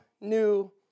new